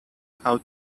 how